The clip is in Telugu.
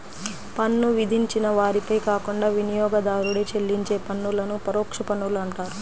పన్ను విధించిన వారిపై కాకుండా వినియోగదారుడే చెల్లించే పన్నులను పరోక్ష పన్నులు అంటారు